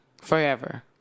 forever